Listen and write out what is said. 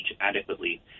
adequately